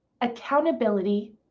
accountability